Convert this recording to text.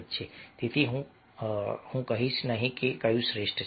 તેથી હું કહીશ નહીં કે કયું શ્રેષ્ઠ છે